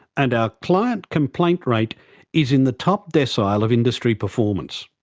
and our client complaint rate is in the top decile of industry performance.